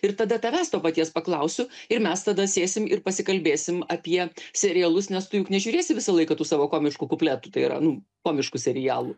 ir tada tavęs to paties paklausiu ir mes tada sėsim ir pasikalbėsim apie serialus nes tu juk nežiūrėsi visą laiką tų savo komiškų kupletų tai yra nu komiškų serialų